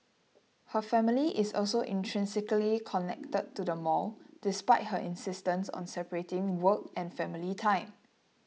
her family is also intrinsically connected to the mall despite her insistence on separating work and family time